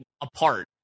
apart